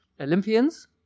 Olympians